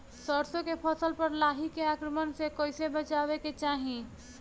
सरसो के फसल पर लाही के आक्रमण से कईसे बचावे के चाही?